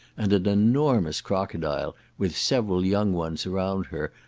and an enormous crocodile, with several young ones around her,